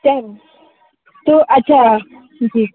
क्या तो अच्छा जी